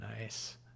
nice